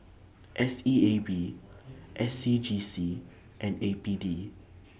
S E A B S C G C and A P D